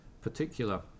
particular